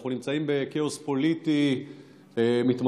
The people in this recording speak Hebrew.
אנחנו נמצאים בכאוס פוליטי מתמשך,